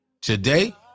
Today